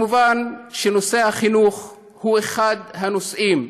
מובן שנושא החינוך הוא אחד הנושאים